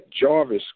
Jarvis